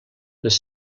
les